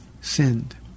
sinned